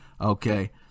Okay